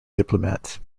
diplomat